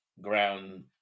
ground